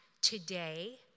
today